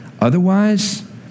Otherwise